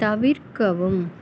தவிர்க்கவும்